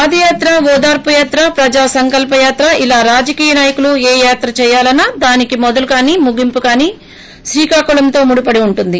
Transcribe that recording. పాదయాత్ర ఓదార్పు యాత్ర ప్రజా సంకల్ప యాత్రా ఇలా రాజకీయ నాయకులు ఏ యాత్ర చేయలన్నా దాని మొదలు కాని ముగింపు కాని శ్రీకాకుళంతో ముడిపడి ఉంటుంది